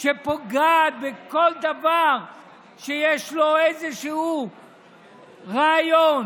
שפוגעת בכל דבר שיש לו איזשהו רעיון,